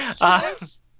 Yes